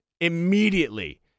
immediately